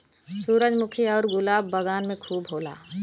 सूरजमुखी आउर गुलाब बगान में खूब होला